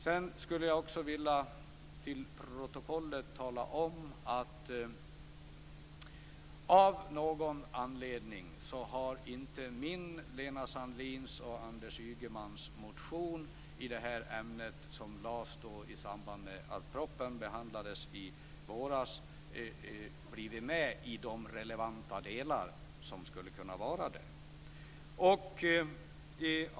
Sedan skulle jag vilja tala om och få till protokollet att min, Lena Sandlins och Anders Ygemans motion i det här ämnet, som lades fram i samband med att propositionen behandlades i våras, av någon anledning inte kommit med i de relevanta delar som den skulle ha gjort.